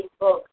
Facebook